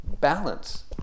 balance